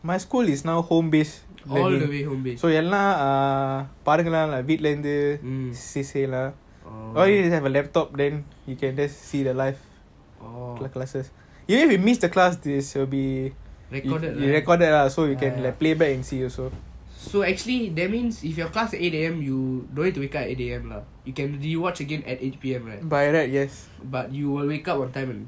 all the way home base ah recorded lah so actually that means if your class at eight A_M you don't need to wake up at eight A_M lah you can you watch again at eight P_M right but you will wake up on time or not